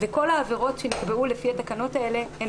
וכל העבירות שנקבעו לפי התקנות האלה הן